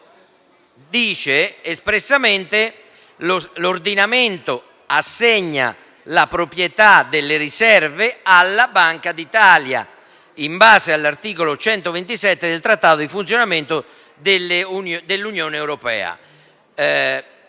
scrive espressamente: «L'ordinamento assegna la proprietà delle riserve alla Banca d'Italia; in base all'articolo 127 del Trattato sul funzionamento dell'Unione europea».